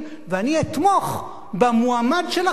ואני אתמוך במועמד שלכם